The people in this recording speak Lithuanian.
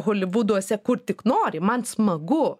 holivuduose kur tik nori man smagu